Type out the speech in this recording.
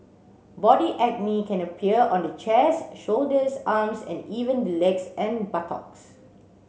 body acne can appear on the chest shoulders arms and even the legs and buttocks